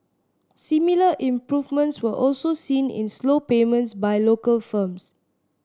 similar improvements were also seen in slow payments by local firms